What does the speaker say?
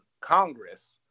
Congress